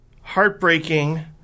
heartbreaking